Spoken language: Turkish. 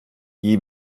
iyi